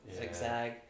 zigzag